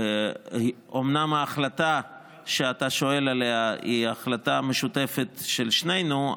אומנם ההחלטה שאתה שואל עליה היא החלטה משותפת של שנינו,